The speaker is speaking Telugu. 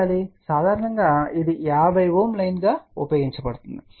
సాధారణంగా ఇది 50Ω లైన్ గా ఉపయోగించబడుతుంది